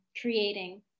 creating